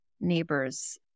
neighbors